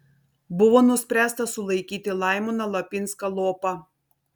buvo nuspręsta sulaikyti laimoną lapinską lopą